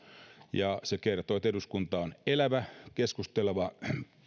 ja se kertoo että eduskunta on elävä keskusteleva